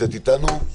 נמצאת איתנו?